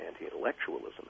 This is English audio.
anti-intellectualism